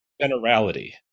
generality